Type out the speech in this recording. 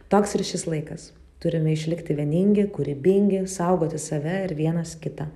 toks ir šis laikas turime išlikti vieningi kūrybingi saugoti save ir vienas kitą